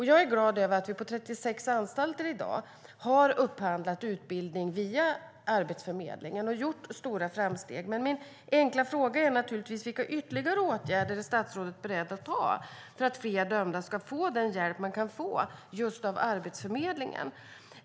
Jag är glad över att vi på 36 anstalter i dag har upphandlat utbildning via Arbetsförmedlingen och gjort stora framsteg. Min enkla fråga är: Vilka ytterligare åtgärder är statsrådet beredd att vidta för att fler dömda ska få hjälp av Arbetsförmedlingen?